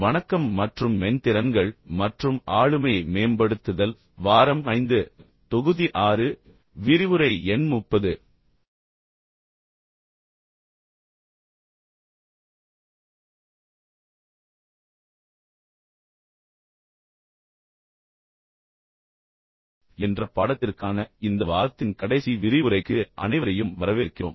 வணக்கம் மற்றும் மென் திறன்கள் மற்றும் ஆளுமையை மேம்படுத்துதல் வாரம் 5 தொகுதி 6 விரிவுரை எண் 30 என்ற பாடத்திற்கான இந்த வாரத்தின் கடைசி விரிவுரைக்கு அனைவரையும் வரவேற்கிறோம்